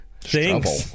Trouble